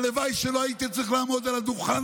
הלוואי שלא הייתי צריך לעמוד על הדוכן